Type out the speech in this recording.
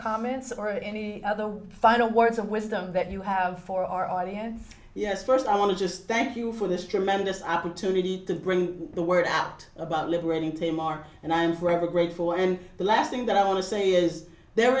comments or any of the final words of wisdom that you have for our audience yes first i want to just thank you for this tremendous opportunity to bring the word out about liberating to mark and i'm forever grateful and the last thing that i want to say is there